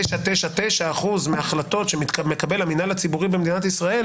99.999% מהחלטות שמקבל המינהל הציבורי במדינת ישראל